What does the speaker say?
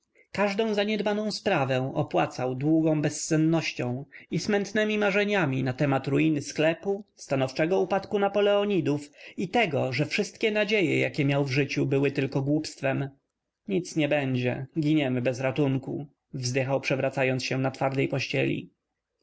każdą zaniedbaną sprawę opłacał długą bezsennością i smętnemi marzeniami na temat ruiny sklepu stanowczego upadku napoleonidów i tego że wszystkie nadzieje jakie miał w życiu były tylko głupstwem nic nie będzie giniemy bez ratunku wzdychał przewracając się na twardej pościeli